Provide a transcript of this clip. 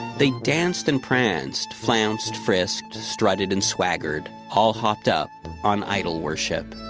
they danced and pranced flounced, frisked, strutted, and swaggered. all hopped up on idol worship